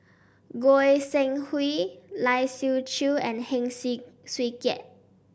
Goi Seng Hui Lai Siu Chiu and Heng Swee Keat